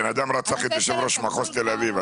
בן אדם רצח את יושב ראש מחוז תל אביב.